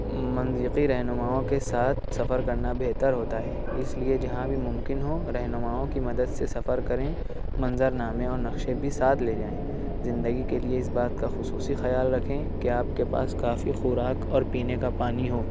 منزقی رہنماؤں کے ساتھ سفر کرنا بہتر ہوتا ہے اس لئے جہاں بھی ممکن ہو رہنماؤں کی مدد سے سفر کریں منظرنامے اور نقشے بھی ساتھ لے جائیں زندگی کے لئے اس بات کا خصوصی خیال رکھیں کہ آپ کے پاس کافی خوراک اور پینے کا پانی ہو